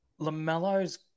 Lamello's